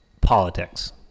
politics